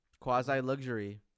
Quasi-luxury